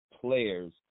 players